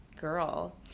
girl